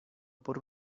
por